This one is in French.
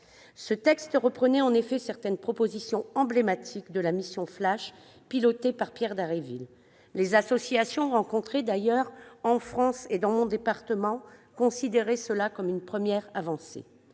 Ce texte reprenait en effet certaines propositions emblématiques de la mission flash pilotée par Pierre Dharréville. Les associations que nous avions rencontrées en France et dans mon département considéraient qu'il s'agissait d'une première avancée.